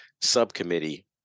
subcommittee